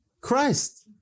Christ